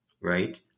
right